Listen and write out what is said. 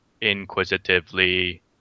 inquisitively